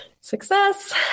Success